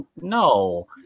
No